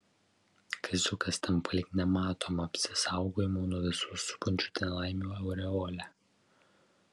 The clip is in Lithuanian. kaziukas tampa lyg nematoma apsisaugojimo nuo visų supančių nelaimių aureole